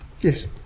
Yes